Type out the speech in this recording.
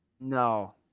No